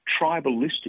tribalistic